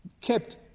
kept